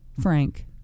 Frank